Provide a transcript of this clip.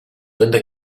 linda